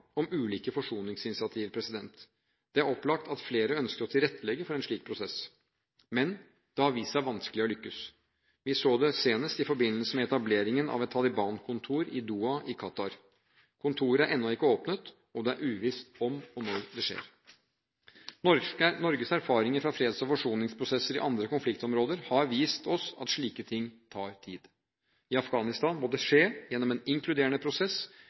om ulike forsoningsinitiativ. Det er opplagt at flere ønsker å tilrettelegge for en slik prosess. Men det har vist seg vanskelig å lykkes. Vi så det senest i forbindelse med etableringen av et Taliban-kontor i Doha i Qatar. Kontoret er ennå ikke åpnet, og det er uvisst om – og når – det skjer. Norges erfaringer fra freds- og forsoningsprosesser i andre konfliktområder har vist oss at slike ting tar tid. I Afghanistan må det skje gjennom en inkluderende prosess